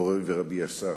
מורי ורבי השר,